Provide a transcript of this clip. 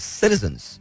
citizens